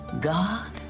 God